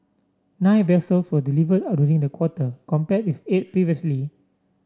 nine vessels were delivered a during the quarter compared with eight previously